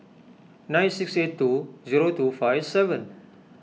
nine six eight two zero two five seven